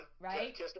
Right